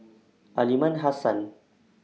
Aliman Hassan